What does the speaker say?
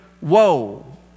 woe